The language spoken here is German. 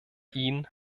ihn